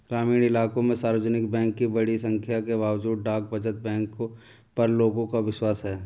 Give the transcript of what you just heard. ग्रामीण इलाकों में सार्वजनिक बैंक की बड़ी संख्या के बावजूद डाक बचत बैंक पर लोगों का विश्वास है